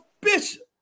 Bishop